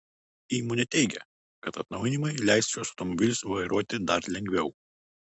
įmonė teigia kad atnaujinimai leis šiuos automobilius vairuoti dar lengviau